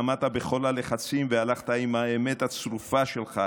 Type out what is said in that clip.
עמדת בכל הלחצים והלכת עם האמת הצרופה שלך.